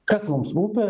kas mums rūpi